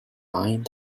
mind